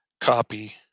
copy